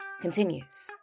continues